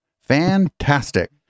Fantastic